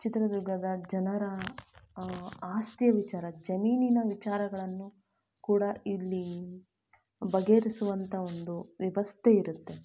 ಚಿತ್ರದುರ್ಗದ ಜನರ ಆಸ್ತಿಯ ವಿಚಾರ ಜಮೀನಿನ ವಿಚಾರಗಳನ್ನು ಕೂಡ ಇಲ್ಲಿ ಬಗೆಹರಿಸುವಂಥ ಒಂದು ವ್ಯವಸ್ಥೆ ಇರುತ್ತೆ